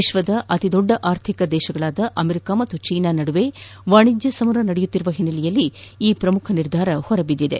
ವಿಶ್ವದ ಅತಿದೊಡ್ಡ ಆರ್ಥಿಕ ರಾಷ್ಟ್ರಗಳಾದ ಅಮೆರಿಕ ಹಾಗೂ ಚೀನಾ ನಡುವೆ ವಾಣಿಜ್ಯ ಸಮರ ನಡೆಯುತ್ತಿರುವ ಹಿನ್ನೆಲೆಯಲ್ಲಿ ಈ ಪ್ರಮುಖ ನಿರ್ಧಾರ ಹೊರಬಿದ್ದಿದೆ